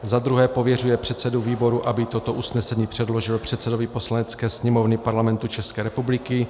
II. pověřuje předsedu výboru, aby toto usnesení předložil předsedovi Poslanecké sněmovny Parlamentu České republiky;